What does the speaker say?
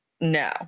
No